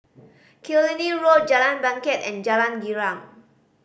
Killiney Road Jalan Bangket and Jalan Girang